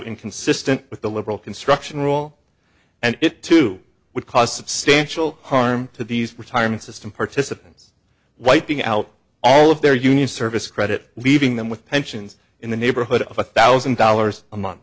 inconsistent with the liberal construction rule and it too would cause substantial harm to these retirement system participants wiping out all of their union service credit leaving them with pensions in the neighborhood of a thousand dollars a month